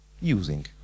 using